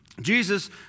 Jesus